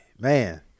man